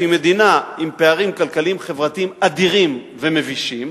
שהיא מדינה עם פערים כלכליים חברתיים אדירים ומבישים,